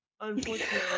unfortunately